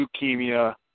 leukemia